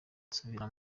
nsubira